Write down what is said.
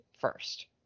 first